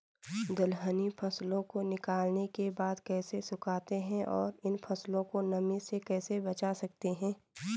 दलहनी फसलों को निकालने के बाद कैसे सुखाते हैं और इन फसलों को नमी से कैसे बचा सकते हैं?